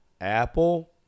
Apple